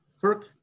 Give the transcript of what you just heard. Kirk